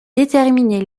déterminer